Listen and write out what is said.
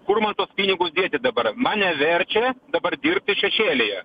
kur man tuos pinigus dėti dabar mane verčia dabar dirbti šešėlyje